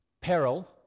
Peril